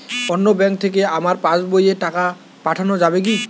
অন্য ব্যাঙ্ক থেকে আমার পাশবইয়ে টাকা পাঠানো যাবে কি?